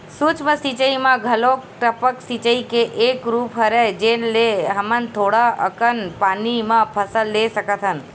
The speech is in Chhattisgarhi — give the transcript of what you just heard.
सूक्ष्म सिचई म घलोक टपक सिचई के एक रूप हरय जेन ले हमन थोड़ा अकन पानी म फसल ले सकथन